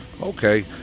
Okay